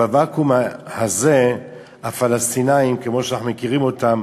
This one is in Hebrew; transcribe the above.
ובוואקום הזה הפלסטינים, כמו שאנחנו מכירים אותם,